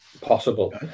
possible